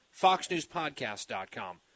foxnewspodcast.com